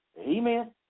Amen